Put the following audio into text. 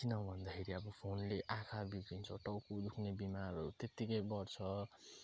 किन भन्दाखेरि अब फोनले आँखा बिग्रिन्छ टाउको दुख्ने बिमारहरू त्यत्तिकै बढ्छ